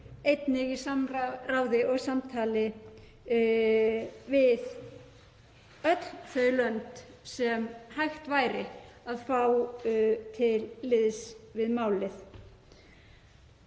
einnig í samráði og samtali við öll þau lönd sem hægt væri að fá til liðs við málið.